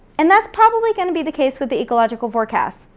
and that's probably gonna be the case with the ecological forecast.